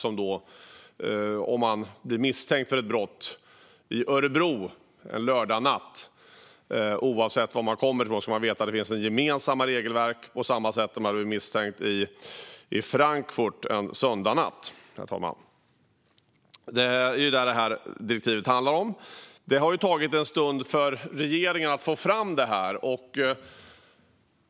Om man blir misstänkt för ett brott i Örebro en lördagsnatt ska man oavsett var man kommer ifrån veta att det finns gemensamma regelverk. Detsamma gäller om man blir misstänkt i Frankfurt en söndagsnatt. Det är vad det här direktivet handlar om. Det har tagit en stund för regeringen att få fram det här förslaget.